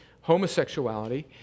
homosexuality